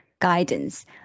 guidance